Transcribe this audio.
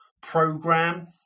program